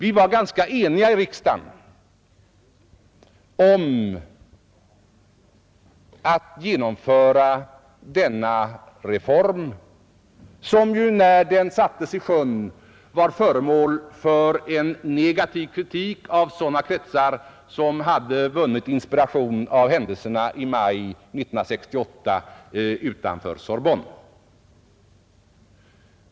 I riksdagen var vi ganska eniga om att genomföra denna reform som ju, när den sattes i sjön, var föremål för negativ kritik av kretsar som hade vunnit inspiration från händelserna i maj 1968 utanför Sorbonne.